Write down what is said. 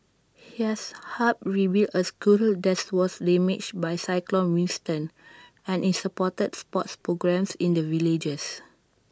he has hap rebuild A school that was damaged by cyclone Winston and is supported sports programmes in the villages